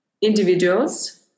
individuals